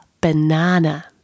banana